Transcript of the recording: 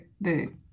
boo